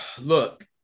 look